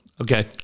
Okay